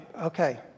Okay